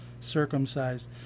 circumcised